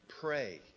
pray